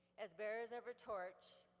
as bearers of her torch,